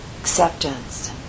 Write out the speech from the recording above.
acceptance